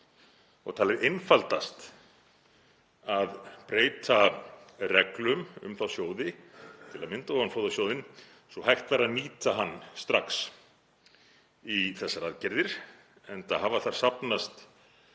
og talið einfaldast að breyta reglum um þá sjóði, til að mynda ofanflóðasjóðs svo hægt væri að nýta hann strax í þessar aðgerðir enda hafa þar safnast